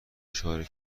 اشاره